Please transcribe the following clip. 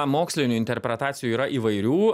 mokslinių interpretacijų yra įvairių